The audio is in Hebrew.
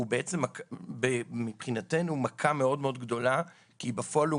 הוא בעצם מבחינתנו מכה מאוד מאוד גדולה כי בפועל הוא